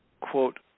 quote